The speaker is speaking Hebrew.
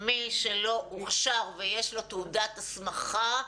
מי שלא הוכשר ושיש לו תעודה הסמכה,